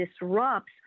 disrupts